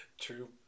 True